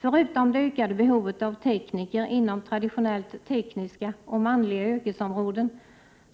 Förutom det ökade behovet av tekniker inom traditionellt tekniska, och manliga, yrkesområden